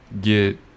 get